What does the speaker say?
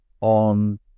on